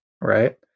Right